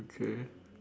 okay